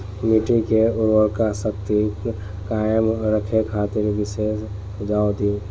मिट्टी के उर्वरा शक्ति कायम रखे खातिर विशेष सुझाव दी?